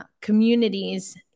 communities